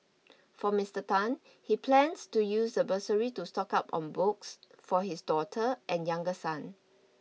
for Mister Tan he plans to use the bursary to stock up on books for his daughter and younger son